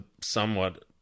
somewhat